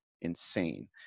insane